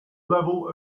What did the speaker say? level